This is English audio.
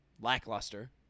lackluster